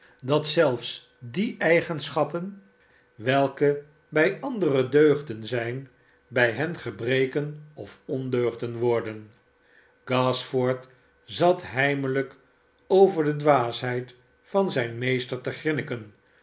dat zelfs die eigenschappen welke bij anderen deugden zijn bij hen gebreken of ondeugden worden gashford zat heimelijk over de dwaasheid van zijn meester